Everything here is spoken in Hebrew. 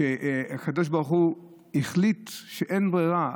כשהקדוש ברוך הוא החליט שאין ברירה,